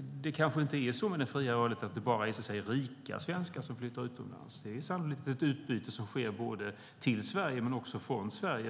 Det kanske inte är så med den fria rörligheten att det bara är rika svenskar som flyttar utomlands, utan det är sannolikt ett utbyte som sker både till Sverige och från Sverige.